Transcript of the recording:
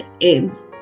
end